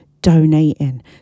donating